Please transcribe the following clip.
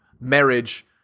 marriage